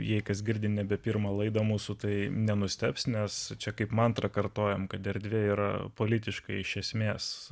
jai kas girdi nebe pirmą laidą mūsų tai nenustebs nes čia kaip mantrą kartojame kad erdvė yra politiškai iš esmės